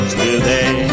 today